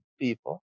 people